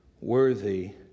worthy